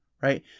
right